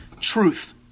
truth